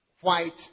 white